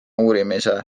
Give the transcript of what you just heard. uurimise